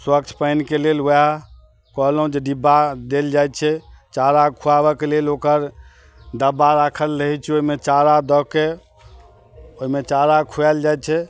स्वच्छ पानिके लेल वएह कहलहुॅं जे डिब्बा देल जाइ छै चारा खुआबऽके लेल ओकर डब्बा राखल रहै छै ओहिमे चारा दऽके ओहिमे चारा खुआएल जाइ छै